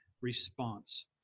response